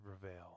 prevail